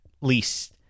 least